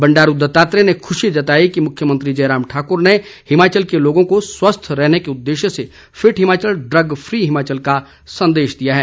बंडारू दत्तात्रेय ने खुशी जताई कि मुख्यमंत्री जयराम ठाकुर ने हिमाचल के लोगों को स्वस्थ रखने के उददेश्य से fit Himachal drug free Himachal का संदेश दिया है